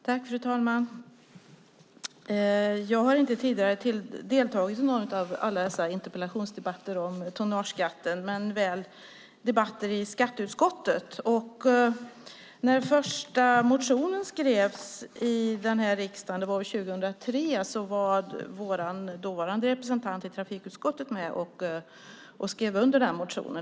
Fru talman! Jag har inte deltagit i någon av alla dessa tidigare interpellationsdebatter om tonnageskatten men väl i debatter i skatteutskottet. När den första motionen om tonnageskatt skrevs i riksdagen 2003 var vår dåvarande representant i trafikutskottet med och skrev under den.